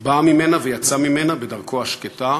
הוא בא ממנה ויצא ממנה בדרכו השקטה,